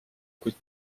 kuid